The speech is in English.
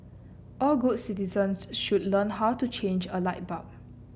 all good citizens should learn how to change a light bulb